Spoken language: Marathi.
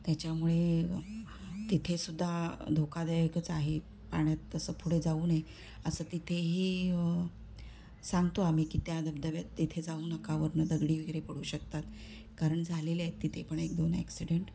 त्याच्यामुळे तिथे सुद्धा धोकादायकच आहे पाण्यात तसं पुढे जाऊ नये असं तिथेही सांगतो आम्ही की त्या धबधब्यात तिथे जाऊ नका वरून दगडी वगैरे पडू शकतात कारण झालेले आहेत तिथे पण एक दोन ॲक्सिडेंट